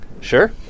Sure